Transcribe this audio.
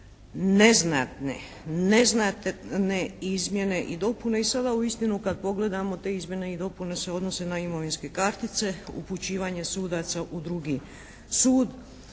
neznatne izmjene i dopune i sada uistinu kad pogledamo te izmjene i dopune se odnose na imovinske kartice, upućivanje sudaca u drugi sud,